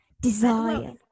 Desire